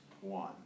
One